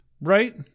Right